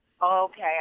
Okay